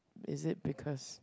is it because